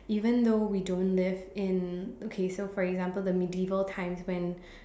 even though we don't live in okay so for example the medieval times when